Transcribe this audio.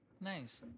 Nice